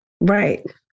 Right